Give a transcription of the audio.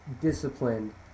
disciplined